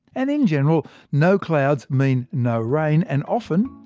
and in general, no clouds mean no rain, and often,